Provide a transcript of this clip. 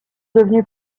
devenus